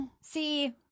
see